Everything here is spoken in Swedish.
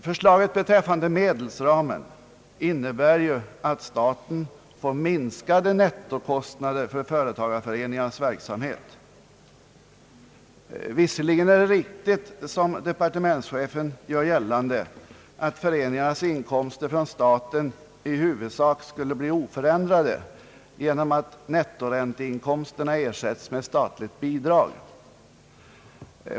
Förslaget beträffande medelsramen innebär ju att staten får minskade nettokostnader för företagareföreningarnas verksamhet. Visserligen är det riktigt som departementschefen gör gällande, att föreningarnas inkomster från staten i huvudsak skulle bli oförändrade genom att nettoränteinkomsterna ersätts med statliga bidrag.